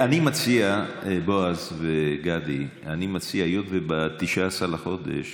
אני מציע, בועז וגדי: היות שב-19 בחודש